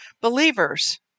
Believers